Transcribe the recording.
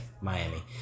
Miami